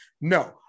no